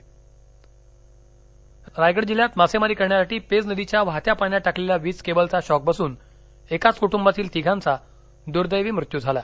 अलिबाग रायगड जिल्ह्यात मासेमारी करण्यासाठी पेज नदीच्या वाहत्या पाण्यात टाकलेल्या वीज केबलचा शॉक बसून एकाच कुटुंबातील तिघांचा दुर्दैवी मृत्यू झाला